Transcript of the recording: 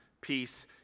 Peace